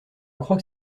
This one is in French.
crois